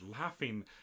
laughing